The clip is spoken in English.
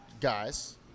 guys –